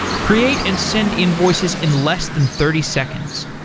create and send invoices in less than thirty seconds.